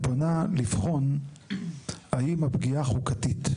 והיא פונה לבחון האם הפגיעה חוקתית.